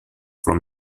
from